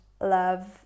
love